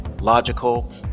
logical